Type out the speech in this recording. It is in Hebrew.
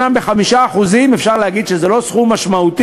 אומנם ב-5%, אפשר להגיד שזה לא סכום משמעותי,